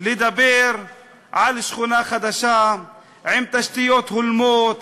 לדבר על שכונה חדשה עם תשתיות הולמות,